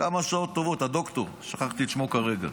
כמה שעות טובות, הדוקטור, שכחתי את שמו כרגע.